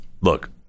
look